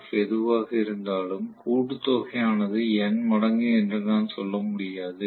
F எதுவாக இருந்தாலும் கூட்டுத்தொகை ஆனது N மடங்கு என்று நான் சொல்ல முடியாது